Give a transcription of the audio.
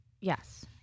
Yes